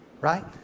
Right